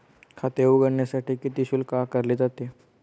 खाते उघडण्यासाठी किती शुल्क आकारले जाते?